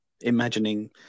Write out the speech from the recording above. imagining